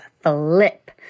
flip